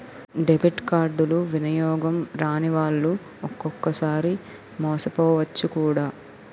debit కార్డులు వినియోగం రానివాళ్లు ఒక్కొక్కసారి మోసపోవచ్చు కూడా